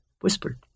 whispered